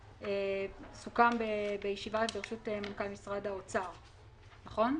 זה סוכם בישיבה בראשות מנכ"ל משרד האוצר, נכון?